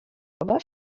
pobaw